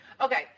Okay